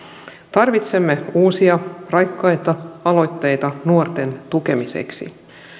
tarvitsemme uusia raikkaita aloitteita nuorten tukemiseksi